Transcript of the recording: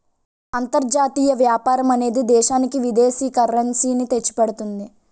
అంతర్జాతీయ వ్యాపారం అనేది దేశానికి విదేశీ కరెన్సీ ని తెచ్చిపెడుతుంది